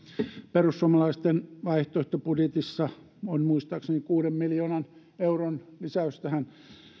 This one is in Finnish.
perussuomalaisten vaihtoehtobudjetissa on muistaakseni kuuden miljoonan euron lisäys tähän